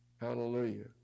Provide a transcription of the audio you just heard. Hallelujah